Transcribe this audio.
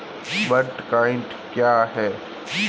Bitcoin क्या है?